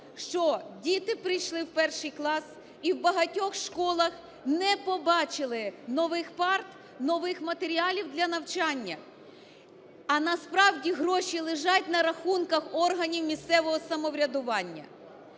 Що діти прийшли в 1-й клас і в багатьох школах не побачили нових парт, нових матеріалів для навчання. А насправді гроші лежать на рахунках органів місцевого самоврядування.